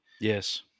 Yes